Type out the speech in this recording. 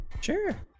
Sure